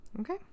okay